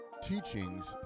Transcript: teachings